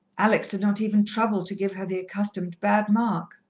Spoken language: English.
alex did not even trouble to give her the accustomed bad mark.